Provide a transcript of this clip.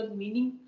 meaning